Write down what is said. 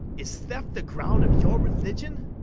is theft the ground of your religion?